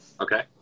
Okay